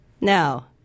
Now